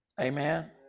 Amen